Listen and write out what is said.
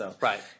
Right